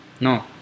No